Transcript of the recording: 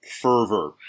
fervor